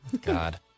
God